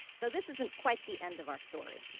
so this isn't quite the end of our story.